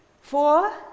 Four